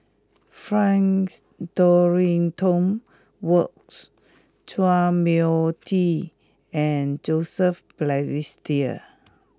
Frank Dorrington Wards Chua Mia Tee and Joseph Balestier